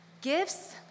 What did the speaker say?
Gifts